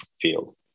field